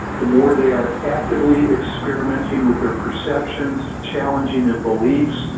the more they are actively experimenting with their perceptions, challenging their beliefs,